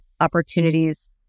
opportunities